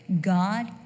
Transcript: God